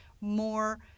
more